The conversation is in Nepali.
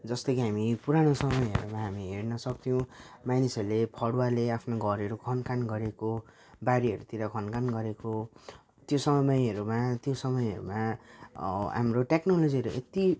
जस्तै कि हामी पुरानो समयहरूमा हामी हेर्न सक्थ्यौँ मानिसहरूले फरुवाले आफ्नो घरहरू खनखान गरेको बारीहरूतिर खनखान गरेको त्यो समयहरूमा त्यो समयहरूमा हाम्रो टेक्नोलोजीहरू यत्ति